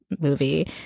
movie